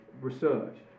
research